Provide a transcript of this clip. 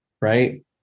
right